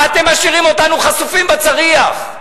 מה אתם משאירים אותנו חשופים בצריח?